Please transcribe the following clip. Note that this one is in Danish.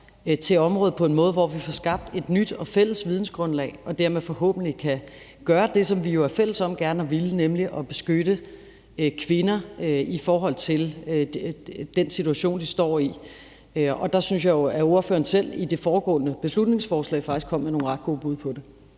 til området på en måde, hvor vi får skabt et nyt og fælles vidensgrundlag, og hvor vi dermed forhåbentlig også kan gøre det, som vi jo er fælles om gerne at ville, nemlig at beskytte kvinderne i forhold til den situation, de står i. Og der synes jeg jo faktisk også, at ordføreren i forbindelse med det foregående beslutningsforslag selv kom med nogle ret gode bud på det.